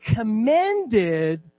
commended